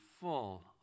full